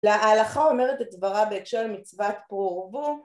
‫ההלכה אומרת את דברה ‫בהקשה למצוות פרו ורבו.